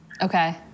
Okay